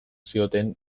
zioten